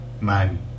man